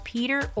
Peter